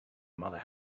mother